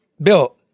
Bill